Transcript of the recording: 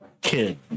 kid